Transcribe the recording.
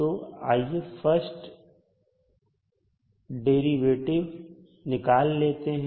तो आइए फर्स्ट डेरी वेटिंग निकाल लेते हैं